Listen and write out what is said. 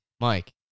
Mike